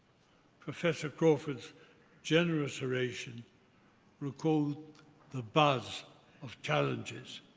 professor crawford's generous oration recalled the buzz of challenges.